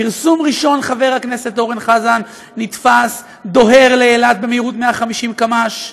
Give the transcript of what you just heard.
פרסום ראשון: חבר הכנסת אורן חזן נתפס דוהר לאילת במהירות של 150 קמ"ש.